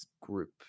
group